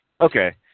Okay